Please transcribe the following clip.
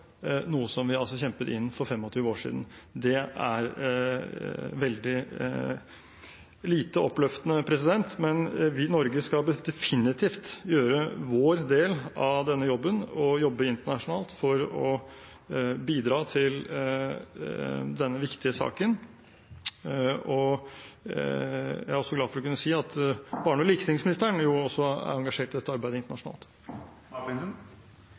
noe vi kjempet inn for 25 år siden. Det er veldig lite oppløftende. Men Norge skal definitivt gjøre vår del av denne jobben og jobbe internasjonalt for å bidra til denne viktige saken. Jeg er også glad for å kunne si at barne- og likestillingsministeren også er engasjert i dette arbeidet internasjonalt.